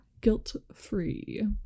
guilt-free